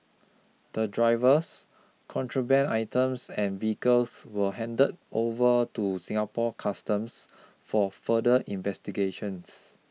the drivers contraband items and vehicles were handed over to Singapore Customs for further investigations